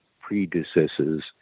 predecessors